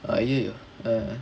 !aiyoyo!